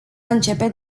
începe